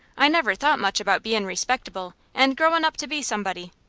i never thought much about bein' respectable, and growin' up to be somebody,